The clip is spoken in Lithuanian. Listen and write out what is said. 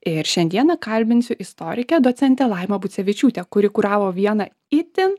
ir šiandieną kalbinsiu istorikę docentę laimą bucevičiūtę kuri kuravo vieną itin